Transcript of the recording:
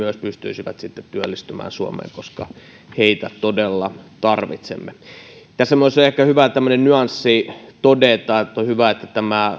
pystyisivät myös työllistymään suomeen koska heitä todella tarvitsemme tässä myös on ehkä hyvä todeta tämmöinen nyanssi että on hyvä että tämä